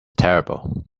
terrible